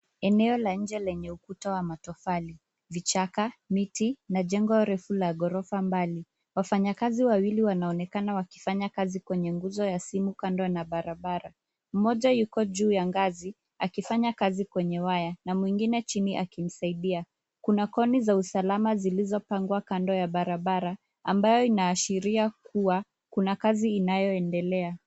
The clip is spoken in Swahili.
Eneo la nje lenye ukuta wa matofali, vichaka, miti na jengo refu la ghorofa mbali. Wafanyakazi wawili wanaonekana wakifanya kazi kwenye nguzo ya simu kando na barabara. Mmoja yuko juu ya ngazi, akifanya kazi kwenye waya na mwingine chini akimsaidia. Kuna koni za usalama zilizopangwa kando ya barabara ambayo inaashiria kuwa kuna kazi inayoendelea.